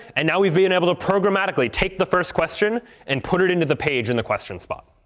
and now we've been able to programmatically take the first question and put it into the page in the question spot.